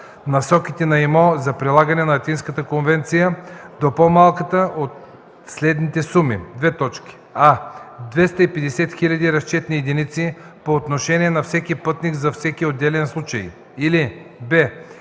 Насоките на ИМО за прилагане на Атинската конвенция, до по-малката от следните суми: